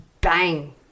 bang